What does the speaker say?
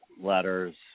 letters